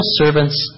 servants